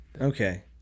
Okay